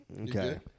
Okay